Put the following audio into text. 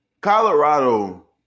Colorado